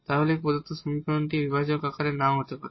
তাহলে এই প্রদত্ত সমীকরণটি বিভাজক আকারে নাও হতে পারে